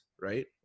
right